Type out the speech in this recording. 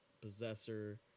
Possessor